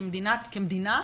כמדינה,